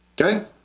Okay